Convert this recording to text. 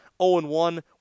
0-1